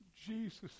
Jesus